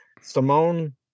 Simone